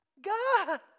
God